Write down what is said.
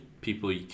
people